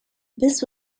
this